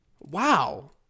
Wow